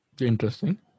Interesting